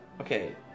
Okay